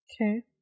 Okay